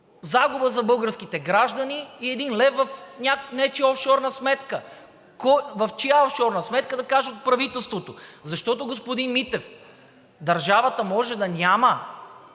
загуба за българските граждани и един лев в нечия офшорна сметка. В чия офшорна сметка – да каже правителството. Защото, господин Митев, държавата може да няма